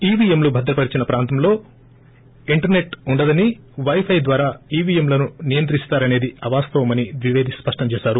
ఈవీఎంలు భద్రపరిచిన ప్రాంతాల్లో ఇంటర్సెట్ ఉండదని ప్రెపై ద్వారా ఈవీఎంలను నియంత్రిస్తారసేది అవాస్తవమని ద్విపేది స్పష్టం చేశారు